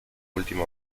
última